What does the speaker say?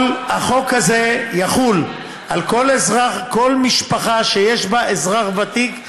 כל החוק הזה יחול על כל משפחה שיש בה אזרח ותיק,